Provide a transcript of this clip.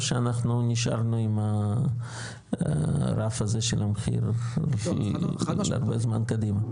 או שאנחנו נשארנו עם הרף הזה של המחיר להרבה זמן קדימה?